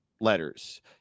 letters